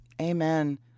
Amen